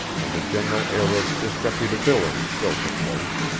and a general air of disreputability filled the place.